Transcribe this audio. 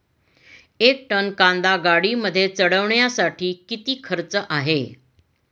एक टन कांदा गाडीमध्ये चढवण्यासाठीचा किती खर्च आहे?